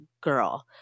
girl